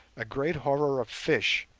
a great horror of fish,